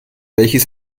welches